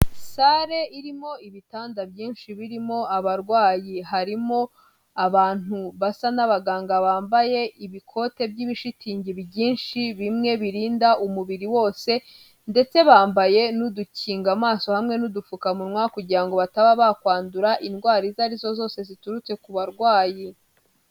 Sale irimo ibitanda byinshi birimo abarwayi, harimo abantu basa n'abaganga bambaye ibikote by'ibishitingi byinshi, bimwe birinda umubiri wose, ndetse bambaye n'udukinga mu maso hamwe n'udupfukamunwa, kugira ngo bataba bakwandura indwara izo arizo zose ziturutse ku barwayi.